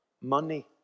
Money